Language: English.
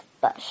bush